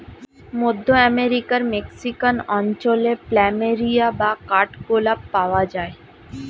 মধ্য আমেরিকার মেক্সিকান অঞ্চলে প্ল্যামেরিয়া বা কাঠ গোলাপ পাওয়া যায়